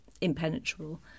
impenetrable